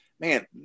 man